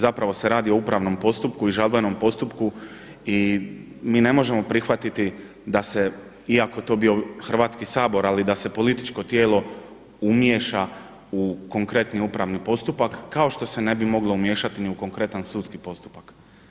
Zapravo se radi o upravnom postupku i žalbenom postupku i mi ne možemo prihvatiti da se iako to bio Hrvatski sabor, ali da se političko tijelo umiješa u konkretni upravni postupak kao što se ne bi moglo umiješati ni u konkretan sudski postupak.